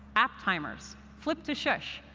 app timers, flip to shush,